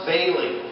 Bailey